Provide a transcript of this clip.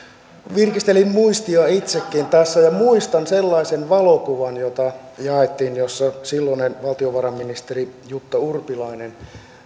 virkistelin muistia itsekin tässä ja muistan sellaisen valokuvan jota jaettiin jossa silloinen valtiovarainministeri jutta urpilainen